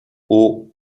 aux